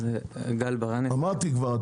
אמרתי כבר,